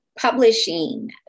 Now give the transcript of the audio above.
Publishing